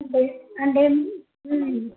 అంటే అంటే